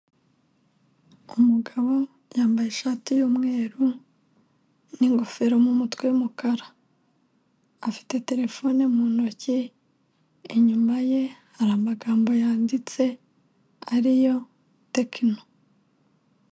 Umugabo yambaye ishati y'umweru n'ingofero mu mutwe y'umukara, afite terefone mu ntoki, inyuma ye hari amagambo yanditse ari yo Tekino.